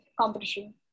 competition